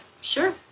Sure